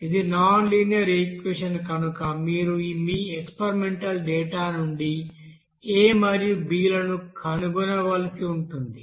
ఇది nonlinear equation కనుక మీరు మీ ఎక్స్పెరిమెంటల్ డేటా నుండి a మరియు b లను కనుగొనవలసి ఉంటుంది